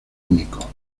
único